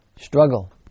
Struggle